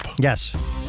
Yes